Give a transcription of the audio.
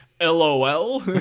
LOL